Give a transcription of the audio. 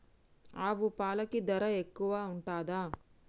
ఆవు పాలకి ధర ఎక్కువే ఉంటదా?